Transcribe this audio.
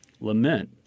lament